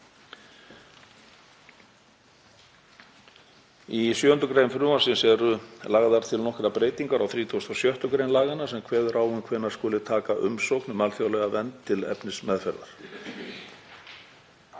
Í 7. gr. frumvarpsins eru lagðar til nokkrar breytingar á 36. gr. laganna sem kveður á um hvenær skuli taka umsókn um alþjóðlega vernd til efnismeðferðar.